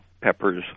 peppers